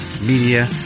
media